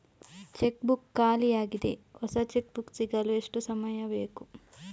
Check book ಖಾಲಿ ಯಾಗಿದೆ, ಹೊಸ ಚೆಕ್ ಬುಕ್ ಸಿಗಲು ಎಷ್ಟು ಸಮಯ ಬೇಕು?